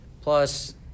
Plus